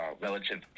relative